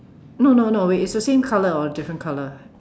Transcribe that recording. no no no wait it's the same colour or a different colour